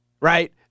Right